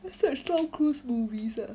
go search tom cruise movies ah